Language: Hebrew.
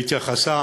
היא התייחסה